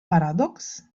paradoks